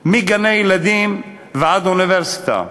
מגני-ילדים ועד אוניברסיטה.